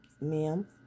ma'am